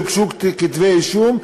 והוגשו כתבי-אישום,